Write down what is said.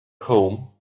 home